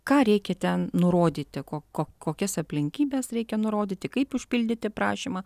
ką reikia ten nurodyti ko ko kokias aplinkybes reikia nurodyti kaip užpildyti prašymą